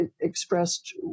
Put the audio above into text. expressed